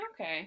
Okay